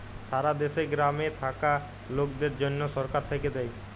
সারা দ্যাশে গ্রামে থাক্যা লকদের জনহ সরকার থাক্যে দেয়